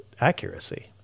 accuracy